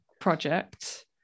project